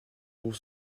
pour